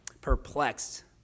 Perplexed